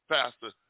Pastor